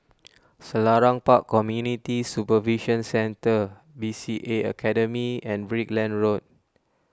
Selarang Park Community Supervision Centre B C A Academy and Brickland Road